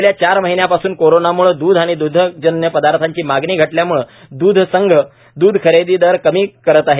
राज्यात गेल्या चार महिन्यांपासून कोरोनामुळे द्रध आणि द्रग्धजन्य पदार्थांची मागणी घटल्यामुळे द्रध संघ द्रध खरेदी दर कमी करीत आहेत